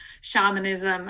shamanism